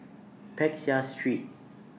Peck Seah Street